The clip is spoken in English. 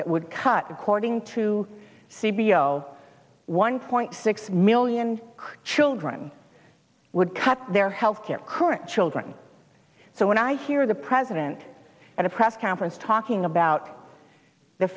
that would cut according to c b s one point six million children would cut their health care current children so when i hear the president at a press conference talking about the